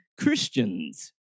Christians